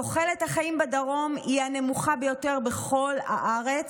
תוחלת החיים בדרום היא הנמוכה ביותר בכל הארץ.